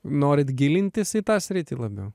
norit gilintis į tą sritį labiau